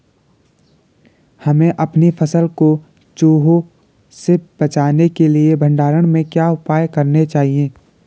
हमें अपनी फसल को चूहों से बचाने के लिए भंडारण में क्या उपाय करने चाहिए?